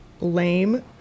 lame